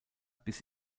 bis